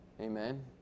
Amen